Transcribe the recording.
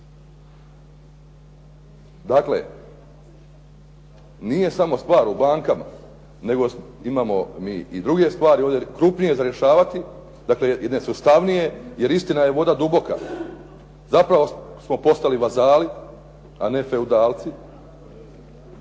Dakle, nije samo stvar u bankama, nego imamo mi i druge stvari ovdje, krupnije za rješavati, dakle jednostavnije jer istina je voda duboka. Zapravo smo postali vazali, a ne feudalci,